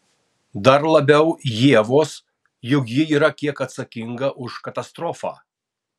dar labiau ievos juk ji yra kiek atsakinga už katastrofą